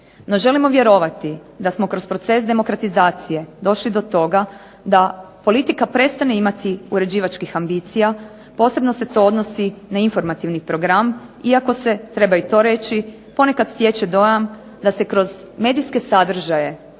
No želimo vjerovati da smo kroz proces demokratizacije došli do toga da politika prestane imati uređivačkih ambicija posebno se to odnosi na informativni program, iako se treba i to reći, ponekad stječe dojam da se kroz medijske sadržaje